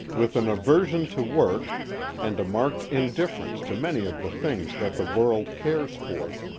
with an aversion to work and a marked indifference to many of the things that the world cares for,